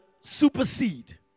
supersede